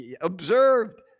observed